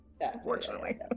Unfortunately